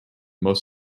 most